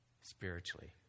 spiritually